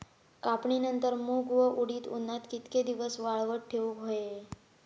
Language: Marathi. कापणीनंतर मूग व उडीद उन्हात कितके दिवस वाळवत ठेवूक व्हये?